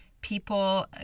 people